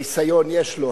ניסיון יש לו,